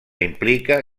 implica